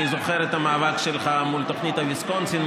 אני זוכר את המאבק שלך מול תוכנית ויסקונסין,